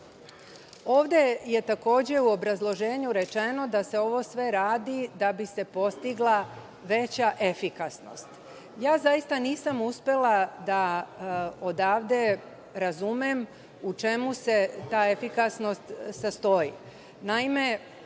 je, takođe, u obrazloženju rečeno da se ovo sve radi da bi se postigla veća efikasnost. Nisam uspela da odavde razumem u čemu se ta efikasnost sastoji.